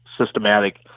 systematic